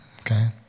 okay